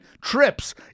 trips